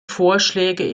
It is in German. vorschläge